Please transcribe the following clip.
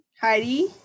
Heidi